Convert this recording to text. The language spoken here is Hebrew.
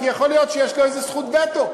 כי יכול להיות שיש לו איזה זכות וטו.